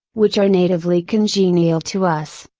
which are natively congenial to us,